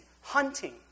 hunting